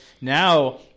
now